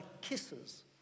kisses